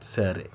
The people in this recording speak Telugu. సరే